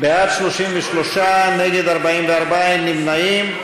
בעד, 33, נגד, 44, אין נמנעים.